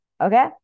Okay